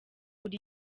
buri